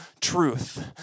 truth